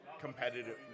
competitive